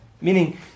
Meaning